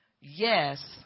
yes